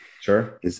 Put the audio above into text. Sure